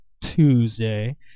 Tuesday